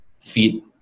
feed